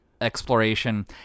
Exploration